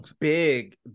big